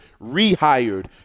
rehired